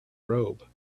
robe